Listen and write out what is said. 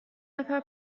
نفر